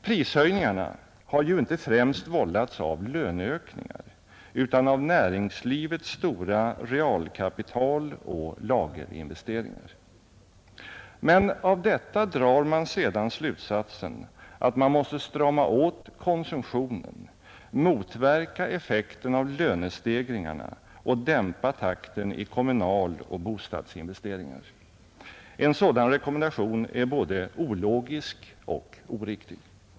Prishöjningarna har ju inte främst vållats av löneökningar utan av näringslivets stora realkapitaloch lagerinvesteringar. Men av detta drar man sedan slutsatsen att man måste strama åt konsumtionen, motverka effekten av lönestegringarna och dämpa takten i kommunaloch bostadsinvesteringar. En sådan rekommendation är både ologisk och oriktig.